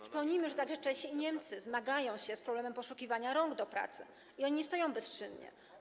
Przypomnijmy, że także Czesi i Niemcy zmagają się z problemem poszukiwania rąk do pracy i nie stoją bezczynnie.